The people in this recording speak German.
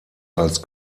als